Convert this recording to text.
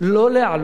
לא להעלות,